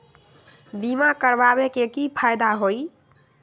बीमा करबाबे के कि कि फायदा हई?